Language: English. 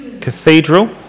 cathedral